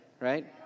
Right